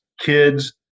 kids